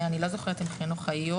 אני לא זוכרת אם משרד החינוך היו.